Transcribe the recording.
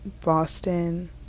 Boston